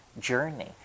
journey